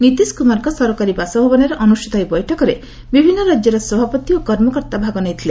ନୀତିଶ କୁମାରଙ୍କ ସରକାରୀ ବାସଭବନରେ ଅନୁଷ୍ଠିତ ଏହି ବୈଠକରେ ବିଭିନ୍ନ ରାଜ୍ୟର ସଭାପତି ଓ କର୍ମକର୍ତ୍ତା ଭାଗ ନେଇଥିଲେ